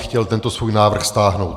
Chtěl bych tento svůj návrh stáhnout.